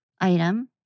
item